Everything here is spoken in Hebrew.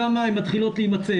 שם הן מתחילות להימצא,